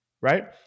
right